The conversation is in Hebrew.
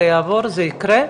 זה יעבור וזה יקרה,